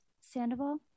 Sandoval